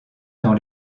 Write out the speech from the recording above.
dans